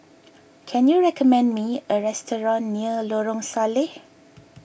can you recommend me a restaurant near Lorong Salleh